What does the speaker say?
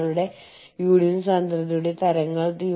നിങ്ങളുടെ പൂർണ്ണ ഉടമസ്ഥതയിലുള്ള ഉപസ്ഥാപനങ്ങൾ ഉണ്ടായിരിക്കും